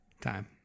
Time